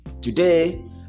Today